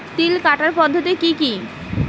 তিল কাটার পদ্ধতি কি কি?